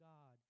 God